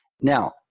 Now